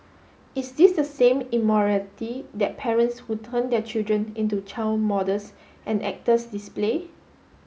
is this the same immorality that parents who turn their children into child models and actors display